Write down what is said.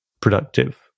productive